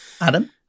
Adam